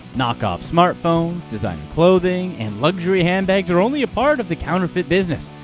knockoff smartphones, designer clothing, and luxury handbags are only part of the counterfeit business.